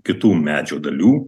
kitų medžio dalių